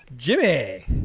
Jimmy